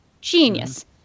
genius